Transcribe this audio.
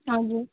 हजुर